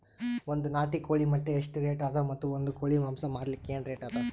ಒಂದ್ ನಾಟಿ ಕೋಳಿ ಮೊಟ್ಟೆ ಎಷ್ಟ ರೇಟ್ ಅದ ಮತ್ತು ಒಂದ್ ಕೋಳಿ ಮಾಂಸ ಮಾರಲಿಕ ಏನ ರೇಟ್ ಅದ?